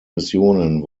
missionen